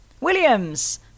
Williams